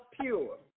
pure